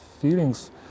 feelings